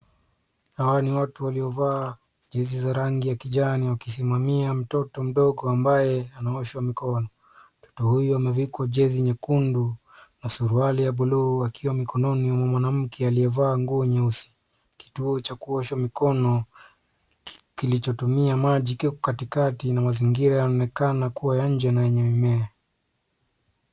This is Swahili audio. Hawa ni watu waliovaa jezi za rangi ya kijani wakisimamia mtoto mdogo mdogo ambaye anaoshwa mikono. Mtoto huyo amevikwa jezi nyekundu na suruali ya buluu akiwa mikononi mwa mwanamke aliyevaa nguo nyeusi. Kituo cha kuosha mikono kilichotumia maji ikiwa katikati na mazingira yaonekana kuwa ya nje na enye mimea.